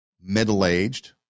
middle-aged